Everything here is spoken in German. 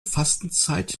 fastenzeit